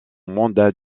mandat